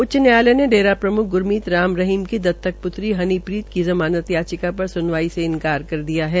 उच्च न्यायालय ने डेरा प्रम्ख ग्रमीत राम रहीम की दतकपुत्री हनीप्रीत की ज़मानत याचिका पर स्नवाई से इन्कार कर दिया है